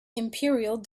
imperial